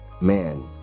Man